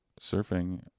surfing